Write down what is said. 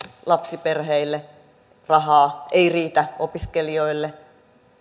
lapsiperheille rahaa ei riitä opiskelijoille